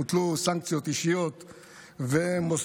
הוטלו סנקציות אישיות ומוסדיות,